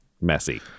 messy